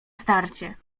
starcie